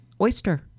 oyster